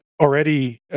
already